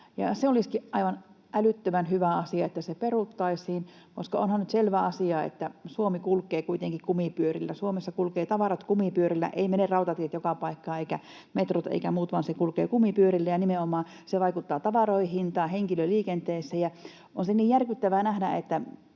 se olisikin aivan älyttömän hyvä asia, että ne peruttaisiin, koska onhan nyt selvä asia, että Suomi kulkee kuitenkin kumipyörillä. Suomessa kulkevat tavarat kumipyörillä, eivät mene rautatiet joka paikkaan, eivätkä metrot eikä muut, vaan se kulkee kumipyörillä, ja nimenomaan se vaikuttaa tavaroihin tai henkilöliikenteeseen. On se niin järkyttävää nähdä,